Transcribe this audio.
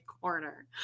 Corner